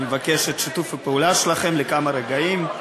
אני מבקש את שיתוף הפעולה שלכם לכמה רגעים.